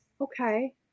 Okay